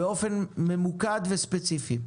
באופן ממוקד וספציפי.